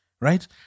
right